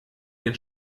den